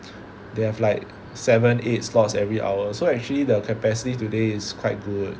they have like seven eight slots every hour so actually the capacity today is quite good